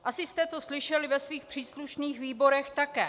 Asi jste to slyšeli ve svých příslušných výborech také.